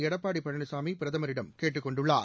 எடப்பாடி பழனிசாமி பிரதமரிடம் கேட்டுக் கொண்டுள்ளார்